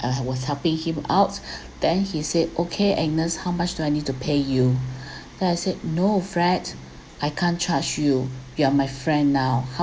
I was helping him out then he said okay agnes how much do I need to pay you then I said no fred I can't charge you you are my friend now how